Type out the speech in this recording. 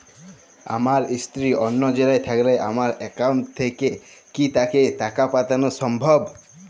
আমার স্ত্রী অন্য জেলায় থাকলে আমার অ্যাকাউন্ট থেকে কি তাকে টাকা পাঠানো সম্ভব?